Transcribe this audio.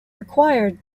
required